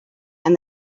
and